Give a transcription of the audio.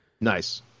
Nice